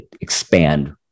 expand